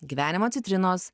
gyvenimo citrinos